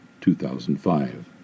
2005